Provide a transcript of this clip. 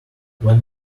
when